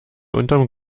unterm